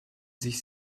sich